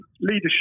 Leadership